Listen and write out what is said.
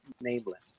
nameless